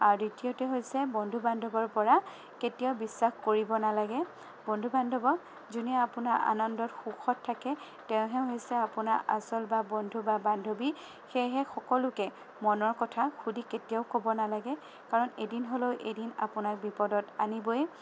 আৰু দ্বিতীয়তে হৈছে বন্ধু বান্ধৱৰ পৰা কেতিয়াও বিশ্বাস কৰিব নালাগে বন্ধু বান্ধৱক যোনে আপোনাৰ আনন্দত সুখত থাকে তেওঁহে হৈছে আপোনাৰ আচল বা বন্ধু বা বান্ধৱী সেয়েহে সকলোকে মনৰ কথা খুলি কেতিয়াও ক'ব নালাগে কাৰণ এদিন হ'লেও এদিন আপোনাক বিপদত আনিবই